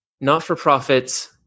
Not-for-profits